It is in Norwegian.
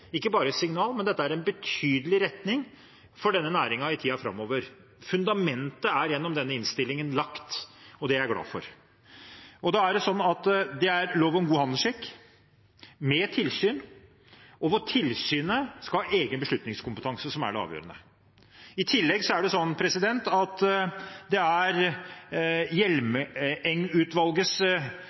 retning for denne næringen i tiden framover. Fundamentet er gjennom denne innstillingen lagt, og det er jeg glad for. Det er lov om god handelsskikk med tilsyn, der tilsynet skal ha en egen beslutningskompetanse, som er det avgjørende. I tillegg skal Hjelmeng-utvalgets utredning i NOU 2013: 6, God handelsskikk i dagligvarekjeden, legges til grunn for det lovarbeidet som endelig skal presenteres for Stortinget. Det er